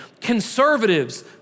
conservatives